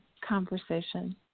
conversation